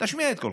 תשמיע את קולך.